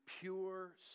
pure